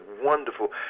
wonderful